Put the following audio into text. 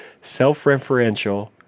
self-referential